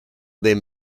them